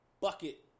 bucket